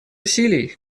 усилий